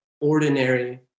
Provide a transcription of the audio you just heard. ordinary